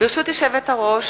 ברשות יושבת-ראש